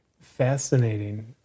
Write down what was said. fascinating